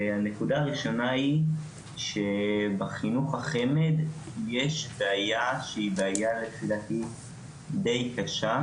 הנקודה הראשונה היא שבחינוך החמ"ד יש בעיה שהיא בעיה לפי דעתי די קשה,